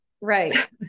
Right